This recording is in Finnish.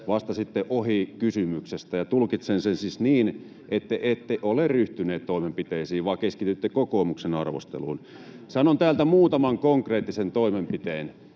Vastasitte ohi kysymyksestä, ja tulkitsen sen siis niin, että ette ole ryhtyneet toimenpiteisiin vaan keskitytte kokoomuksen arvosteluun. Sanon täältä muutaman konkreettisen toimenpiteen: